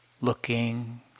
looking